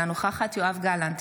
אינה נוכחת יואב גלנט,